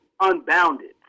unbounded